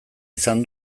izan